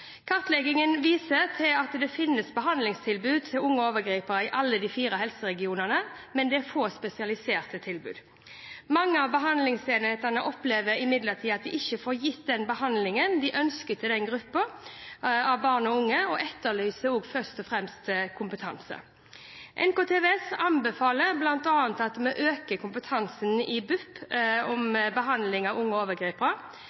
alle de fire helseregionene, men det er få spesialiserte tilbud. Mange av behandlingsenhetene opplever imidlertid at de ikke får gitt den behandlingen de ønsker til denne gruppen barn og unge, og etterlyser først og fremst mer kompetanse. NKVTS anbefaler bl.a. at vi øker kompetansen i BUP